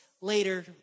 later